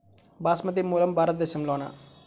బాస్మతి మూలం భారతదేశంలోనా?